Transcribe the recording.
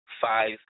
five